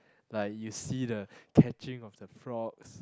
like you see the catching of the frogs